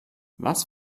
was